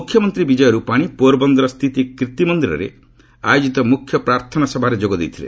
ମୁଖ୍ୟମନ୍ତ୍ରୀ ବିଜୟ ରୂପାନୀ ପୋରବନ୍ଦର ସ୍ଥିତ କୀର୍ତ୍ତି ମନ୍ଦିରରେ ଆୟୋଜିତ ମୁଖ୍ୟ ପ୍ରାର୍ଥନା ସଭାରେ ଯୋଗ ଦେଇଥିଲେ